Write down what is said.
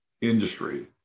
industry